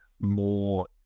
more